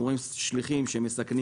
אנחנו רואים שליחים שקודם כל מסכנים